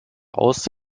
aus